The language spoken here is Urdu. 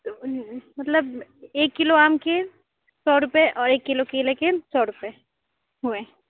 تو مطلب ایک کلو آم کے سو روپیے اور ایک کلو کیلے کے سو روپیے ہوئے